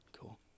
cool